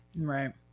Right